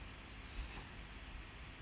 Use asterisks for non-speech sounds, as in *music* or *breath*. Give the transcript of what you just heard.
*breath* *breath*